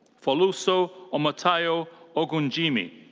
foluso omotayo ogunjimi.